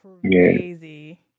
crazy